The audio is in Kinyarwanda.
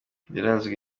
birazwi